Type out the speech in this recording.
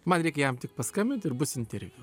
man reikia jam tik paskambint ir bus interviu